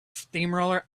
steamroller